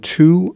two